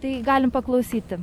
tai galim paklausyti